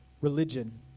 religion